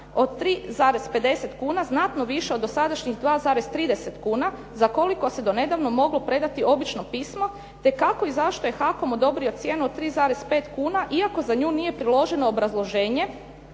od 3,50 kuna znatno viša od dosadašnjih 2,30 kuna za koliko se do nedavno moglo predati obično pismo te kako i zašto je HAKOM odobrio cijenu od 3,5 kuna iako za nju nije priloženo obrazloženje